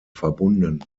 verbunden